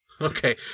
Okay